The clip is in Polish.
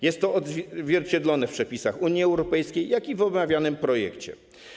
Jest to odzwierciedlone w przepisach Unii Europejskiej, jak i w omawianym projekcie.